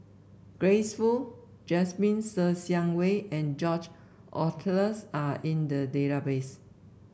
Grace Fu Jasmine Ser Xiang Wei and George Oehlers are in the database